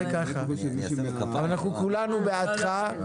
כולנו בעדך,